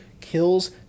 kills